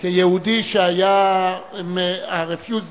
כיהודי שהיה מה"רפיוזניקים",